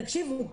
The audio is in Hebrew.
תקשיבו,